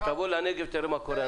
אז תבוא לנגב ותראה מה קורה.